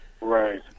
Right